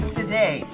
today